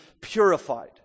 purified